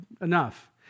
enough